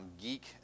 geek